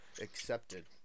accepted